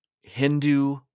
Hindu